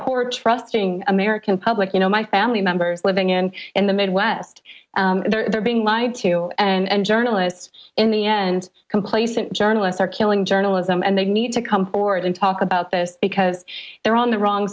porch frustrating american public you know my family members living in in the midwest they're being lied to and journalists in the end complacent journalists are killing journalism and they need to come forward and talk about this because they're on the wrong